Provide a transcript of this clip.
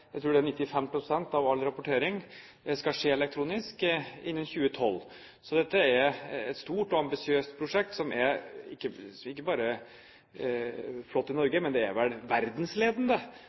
tror jeg det er, av all rapportering skal skje elektronisk, basert på elektronisk signatur, innen 2012. Så dette er et stort og ambisiøst prosjekt, som ikke bare er flott i Norge, men det er vel verdensledende